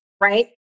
right